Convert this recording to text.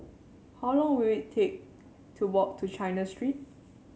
how long will it take to walk to China Street